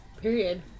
Period